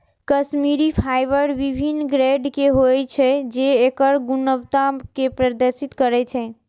Kashmiri fibre विभिन्न grade के होइ छै, जे एकर गुणवत्ता कें प्रदर्शित करै छै